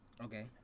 Okay